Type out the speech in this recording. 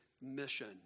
mission